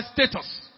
status